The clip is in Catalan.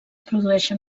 produeixen